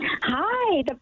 Hi